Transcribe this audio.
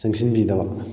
ꯆꯪꯁꯤꯟꯕꯤꯗꯕ